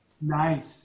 Nice